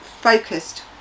focused